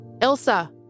Elsa